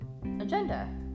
agenda